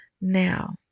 Now